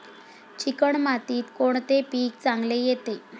Chicken मातीत कोणते पीक चांगले येते?